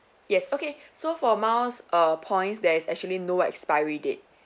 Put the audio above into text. yes okay so for miles err points there is actually no expiry date